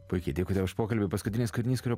puikiai dėkui tau už pokalbį paskutinis kūrinys kurio